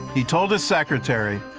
he told his secretary,